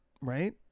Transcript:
right